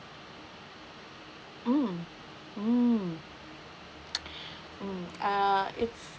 mm mm mm uh it's